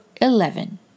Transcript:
eleven